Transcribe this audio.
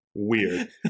Weird